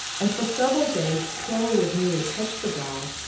and for several days sara would neither touch the doll,